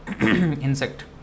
Insect